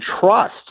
trust